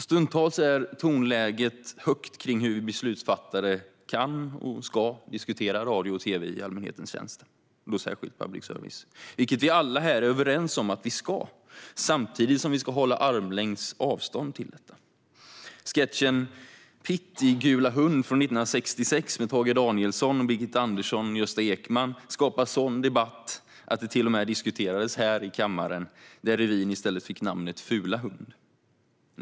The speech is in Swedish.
Stundtals är tonläget högt när det gäller hur vi beslutsfattare kan och ska diskutera radio och tv i allmänhetens tjänst - public service - vilket vi alla här är överens om att vi samtidigt ska hålla armlängds avstånd ifrån. Sketchen "Pitt" i Gula hund från 1966 med Tage Danielsson, Birgitta Andersson och Gösta Ekman skapade sådan debatt att den till och med diskuterades här i kammaren, där revyn i stället fick namnet Fula hund .